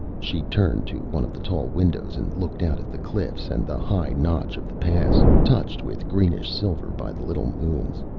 she turned to one of the tall windows and looked out at the cliffs and the high notch of the pass, touched with greenish silver by the little moons.